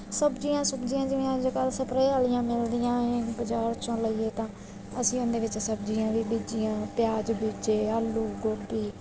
ਸਬਜ਼ੀਆਂ ਸੁਬਜ਼ੀਆਂ ਜਿਵੇਂ ਅੱਜ ਕੱਲ੍ਹ ਸਪਰੇਅ ਵਾਲੀਆਂ ਮਿਲਦੀਆਂ ਏ ਬਾਜ਼ਾਰ 'ਚੋਂ ਲਈਏ ਤਾਂ ਅਸੀਂ ਉਹਦੇ ਵਿੱਚ ਸਬਜ਼ੀਆਂ ਵੀ ਬੀਜੀਆਂ ਪਿਆਜ ਬੀਜੇ ਆਲੂ ਗੋਬੀ